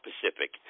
Pacific